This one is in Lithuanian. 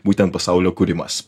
būtent pasaulio kūrimas